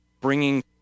bringing